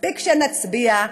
מספיק שנצביע?